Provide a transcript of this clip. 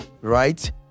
Right